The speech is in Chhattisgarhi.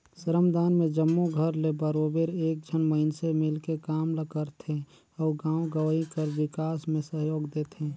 श्रमदान में जम्मो घर ले बरोबेर एक झन मइनसे मिलके काम ल करथे अउ गाँव गंवई कर बिकास में सहयोग देथे